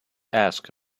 ask